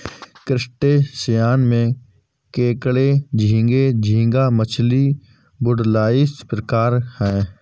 crustaceans में केकड़े झींगे, झींगा मछली, वुडलाइस प्रकार है